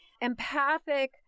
empathic